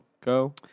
go